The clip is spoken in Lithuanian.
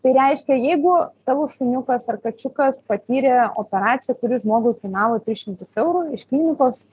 tai reiškia jeigu tavo šuniukas ar kačiukas patyrė operaciją kuri žmogui kainavo tris šimtus eurų iš klinikos